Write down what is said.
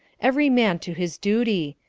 every man to his duty!